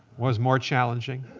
was more challenging.